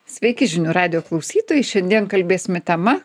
sveiki žinių radijo klausytojai šiandien kalbėsime tema